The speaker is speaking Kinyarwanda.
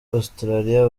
australia